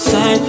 Say